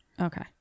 okay